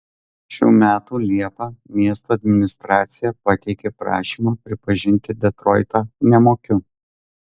šių metų liepą miesto administracija pateikė prašymą pripažinti detroitą nemokiu